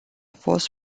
fost